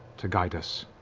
to guide us,